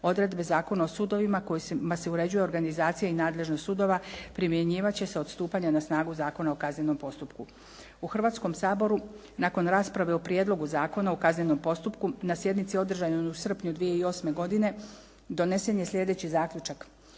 Odredbe Zakona o sudovima kojima se uređuje organizacija i nadležnost sudova primjenjivat će se od stupanja na snagu Zakona o kaznenom postupku. U Hrvatskom saboru nakon rasprave o Prijedlogu zakona u kaznenom postupku na sjednici održanoj u srpnju 2008. godine donesen je sljedeći zaključak: